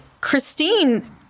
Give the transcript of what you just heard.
Christine